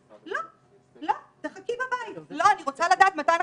לא לפי רעיון מסדר, אלא לפי מה שאנחנו